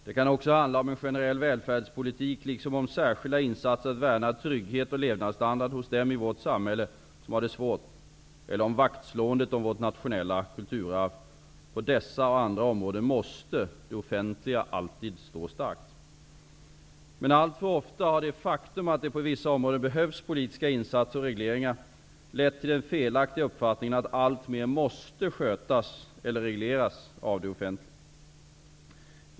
Det kan också handla om en generell välfärdspolitik liksom om särskilda insatser för att värna trygghet och levnadsstandard hos dem i vårt samhälle som har det svårt eller om vaktslåendet av vårt nationella kulturarv. På dessa och andra områden måste det offentliga alltid stå starkt. Men alltför ofta har det faktum att det på vissa områden behövs politiska insatser och regleringar lett till den felaktiga uppfattningen att alltmer måste skötas eller regleras av det offentliga.